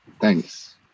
Thanks